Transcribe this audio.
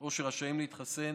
או שרשאים להתחסן